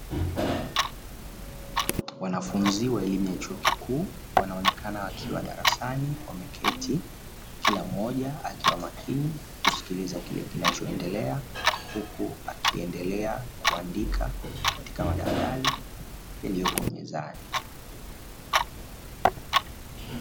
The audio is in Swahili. Wanafunzi wa elimu ya chuo kikuu, wanaonekana wakiwa darasani wameketi, kila mmoja akiwa makini kusikiliza kile kinachoendelea, huku akiendelea kuandika katika madaftari yaliyoko mezani.